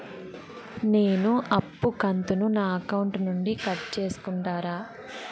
నేను అప్పు కంతును నా అకౌంట్ నుండి కట్ సేసుకుంటారా?